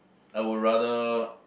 I would rather